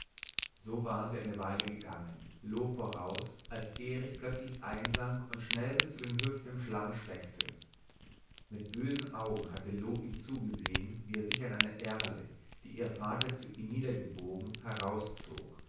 so waren sie eine weile gegangen wortlos loo voraus als erich plötzlich einsank und schnell bis zu den hüften im schlamm steckte mit bösen augen hatte loo ihm zugesehen wie er sich an einer erle die ihr vater zu ihm niedergebogen